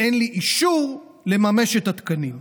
אין לי אישור לממש את התקנים.